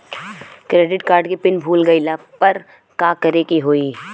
Credit card के PIN भूल गईला पर का करे के होई?